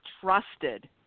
trusted